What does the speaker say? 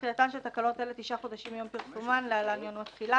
15(א) תחילתן של תקנות אלה תשעה חודשים מיום פרסומן (להלן-יום התחילה).